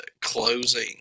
closing